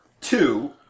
two